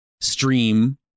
stream